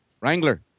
Wrangler